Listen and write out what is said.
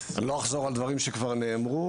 אני לא אחזור על דברים שכבר נאמרו.